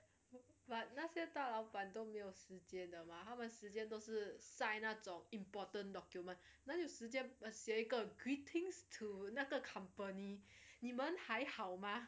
but 那些大老板都没有时间的吗他们时间都是 sign 那种 important document 那就时间写一个 greetings to 那个 company 你们还好吗